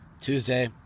Tuesday